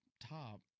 top